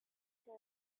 you